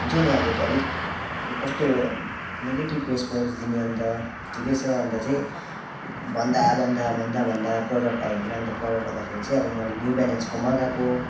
हुन्छ नि अब त्यो अलिक कस्तो नेगेटिभ रेस्पोन्स दिने अन्त ठिकै छ अन्त चाहिँ भन्दा भन्दा भन्दा भन्दा प्रडक्ट आयो होइन अन्त प्रडक्ट आउँदाखेरि चाहिँ अब मैले न्यू ब्यालेन्सको मगाएको